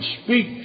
speak